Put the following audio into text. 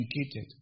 educated